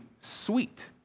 sweet